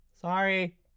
Sorry